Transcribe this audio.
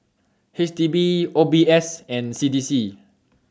H D B O B S and C D C